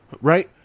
Right